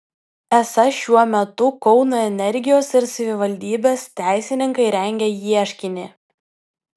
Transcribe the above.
esą šiuo metu kauno energijos ir savivaldybės teisininkai rengia ieškinį